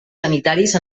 sanitaris